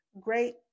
great